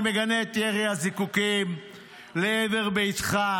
אני מגנה את ירי הזיקוקים לעבר ביתך,